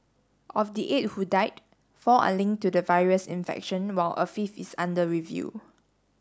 of the eight who died four are linked to the virus infection while a fifth is under review